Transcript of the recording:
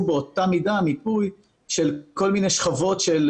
באותה מידה מיפוי של כל מיני שכבות של